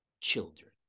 children